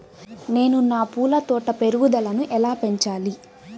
నేను నా పూల తోట పెరుగుదలను ఎలా పెంచాలి?